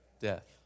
Death